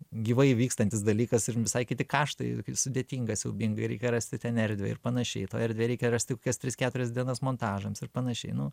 gyvai vykstantis dalykas ir visai kiti kaštai kaip sudėtinga siaubingai reikia rasti ten erdvę ir panašiai tą erdvę reikia rasti kokias tris keturias dienas montažams ir panašiai nu